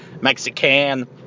Mexican